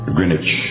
Greenwich